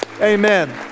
amen